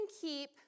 keep